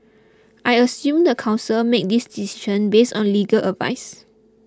I assume the council made this decision based on legal advice